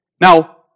Now